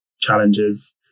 challenges